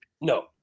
No